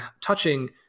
touching